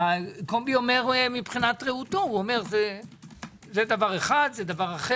קובי אומר זה דברים שונים.